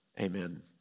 Amen